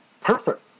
perfect